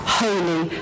holy